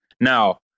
Now